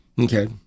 Okay